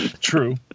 True